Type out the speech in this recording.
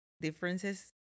differences